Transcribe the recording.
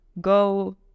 go